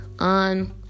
on